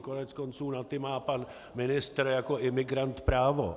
Koneckonců na ty má pan ministr jako imigrant právo.